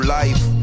life